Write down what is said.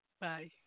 Bye